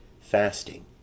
fasting